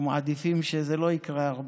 אנחנו מעדיפים שזה לא יקרה הרבה,